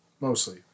mostly